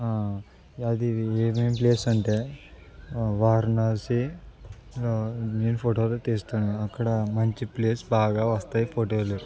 అది ఏమేమిప్లేస్ అంటే వారణాసి నేను ఫోటోలు తీస్తాను అక్కడ మంచి ప్లేస్ బాగా వస్తాయి ఫోటోలు